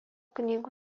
knygų